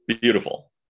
Beautiful